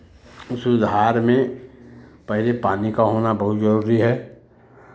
सुधार में पहले पानी का होना बहुत ज़रूरी है